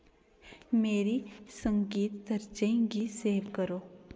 मेरी संगीत तरजीहें गी सेव करो